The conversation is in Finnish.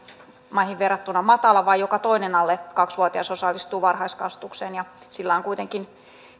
verrattuna matala vain joka toinen alle kaksi vuotias osallistuu varhaiskasvatukseen ja sillä on kuitenkin